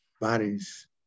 bodies